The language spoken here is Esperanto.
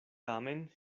tamen